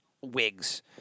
wigs